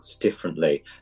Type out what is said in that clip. differently